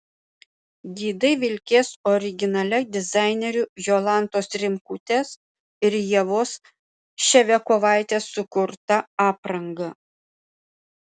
gidai vilkės originalia dizainerių jolantos rimkutės ir ievos ševiakovaitės sukurta apranga